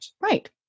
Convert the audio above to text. Right